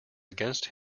against